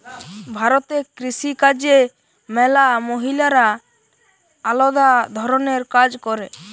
ভারতে কৃষি কাজে ম্যালা মহিলারা আলদা ধরণের কাজ করে